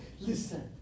listen